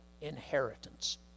inheritance